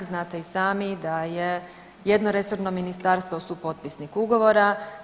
Znate i sami da je jedno resorno ministarstvo supotpisnik ugovora.